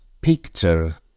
picture